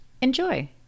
Enjoy